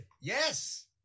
Yes